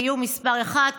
תהיו מספר אחת,